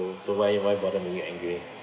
~o so why you why bother make me angry